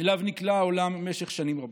שאליו נקלע העולם במשך שנים רבות.